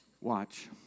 Watch